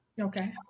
Okay